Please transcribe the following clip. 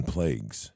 Plagues